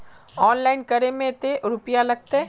Online करे में ते रुपया लगते?